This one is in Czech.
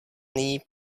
nyní